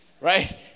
Right